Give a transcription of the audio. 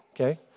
Okay